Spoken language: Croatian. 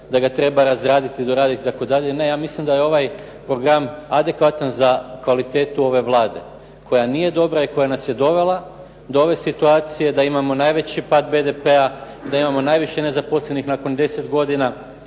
da ga treba razraditi, doraditi itd. Ne, ja mislim da je ovaj program adekvatan za kvalitetu ove Vlade koja nije dobra i koja nas je dovela do ove situacije da imamo najveći pad BDP-a, da imamo najviše nezaposlenih nakon deset godina